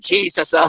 Jesus